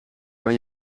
kan